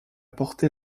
porté